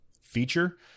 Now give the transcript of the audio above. feature